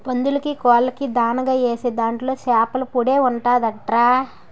పందులకీ, కోళ్ళకీ దానాగా ఏసే దాంట్లో సేపల పొడే ఉంటదంట్రా